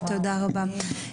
תודה רבה.